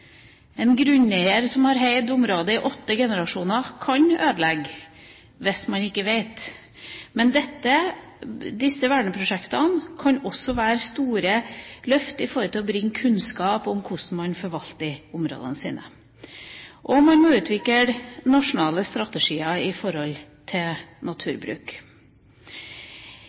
En grunneier fra en familie som har eid området i åtte generasjoner, kan ødelegge hvis han ikke vet. Disse verneprosjektene kan også være store løft for å bringe kunnskap om hvordan man forvalter områdene, og man må utvikle nasjonale strategier når det gjelder naturbruk.